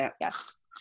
Yes